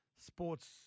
sports